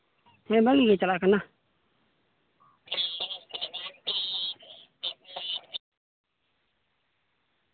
ᱦᱮᱸ ᱵᱷᱟᱹᱜᱤ ᱜᱮ ᱪᱟᱞᱟᱜ ᱠᱟᱱᱟ